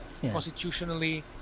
constitutionally